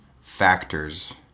factors